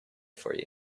for